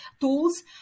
tools